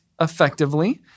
effectively